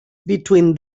between